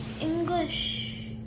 English